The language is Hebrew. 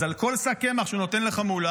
אז על כל שק קמח שהוא נותן לחמולה,